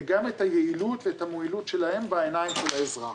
וגם את היעילות והמועלות שלהם בעיניים של האזרח.